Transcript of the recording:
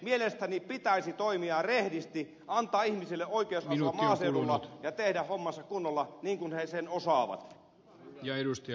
mielestäni pitäisi toimia rehdisti antaa ihmisille oikeusapua maaseudulla ja tehdä hommansa kunnolla niin kuin he sen osaavat